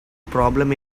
problem